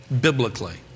biblically